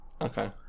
Okay